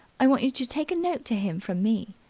i want you to take a note to him from me.